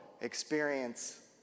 experience